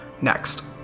Next